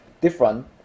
different